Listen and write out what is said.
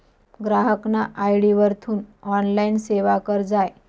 ग्राहकना आय.डी वरथून ऑनलाईन सेवावर जाय